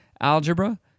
algebra